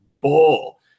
Bull